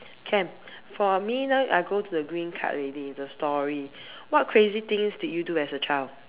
can for me now I go to the green card already the story what crazy things did you do as a child